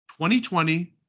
2020